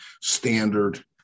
standard